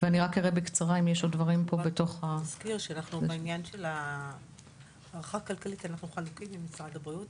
רק נזכיר שבעניין של ההערכה הכלכלית אנחנו חלוקים עם משרד הבריאות,